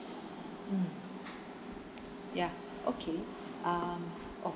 mm ya okay um oh